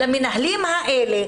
למנהלים האלה,